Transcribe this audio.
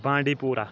بانٛڈی پوٗرہ